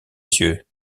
yeux